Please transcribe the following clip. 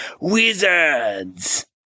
wizards